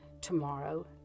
Tomorrow